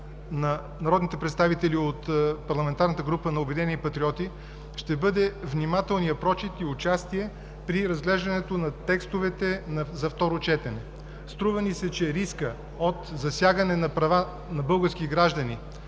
на народните представители от парламентарната група на „Обединени патриоти“ ще бъде внимателният прочит и участие при разглеждането на текстовете за второ четене. Струва ни се, че рискът от засягане на права на български граждани